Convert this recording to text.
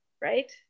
right